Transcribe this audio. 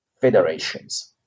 federations